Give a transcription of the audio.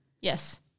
Yes